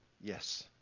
Yes